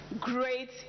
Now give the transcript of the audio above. Great